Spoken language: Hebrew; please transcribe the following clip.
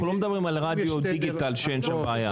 אנחנו לא מדברים על רדיו דיגיטל ששם אין בעיה.